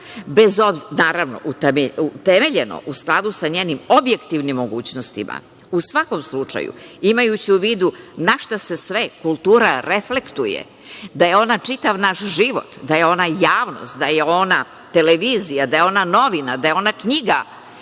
budžeta, naravno utemeljeno u skladu sa njenim objektivnim mogućnostima.U svakom slučaju, imajući u vidu na šta se sve kultura reflektuje, da je ona čitav naš život, da je ona javnost, da je ona televizija, da je ona novina, da je ona knjiga,